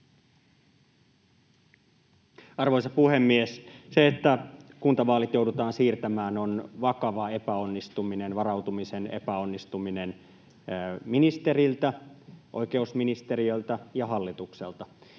Arvoisa puhemies! Se, että kuntavaalit joudutaan siirtämään, on vakava epäonnistuminen, varautumisen epäonnistuminen ministeriltä, oikeusministeriöltä ja hallitukselta.